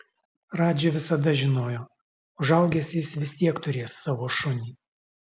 radži visada žinojo užaugęs jis vis tiek turės savo šunį